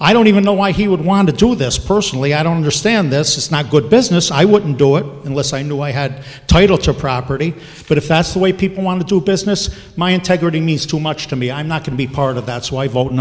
i don't even know why he would want to do this personally i don't understand this is not good business i wouldn't do it unless i knew i had title to property but if that's the way people want to do business my integrity means too much to me i'm not to be part of that's why i vot